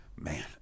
man